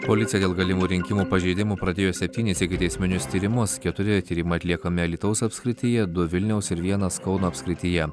policija dėl galimų rinkimų pažeidimų pradėjo septynis ikiteisminius tyrimus keturi tyrimai atliekami alytaus apskrityje du vilniaus ir vienas kauno apskrityje